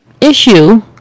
issue